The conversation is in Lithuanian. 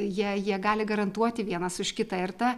jie jie gali garantuoti vienas už kitą ir ta